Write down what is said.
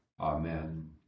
Amen